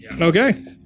Okay